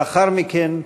לאחר מכן,